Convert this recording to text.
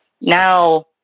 now